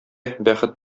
бәхет